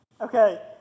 Okay